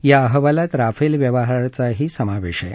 या अहवालात राफेल व्यवहाराचाही समावेश आहे